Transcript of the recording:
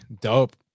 dope